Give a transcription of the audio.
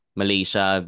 malaysia